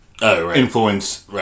influence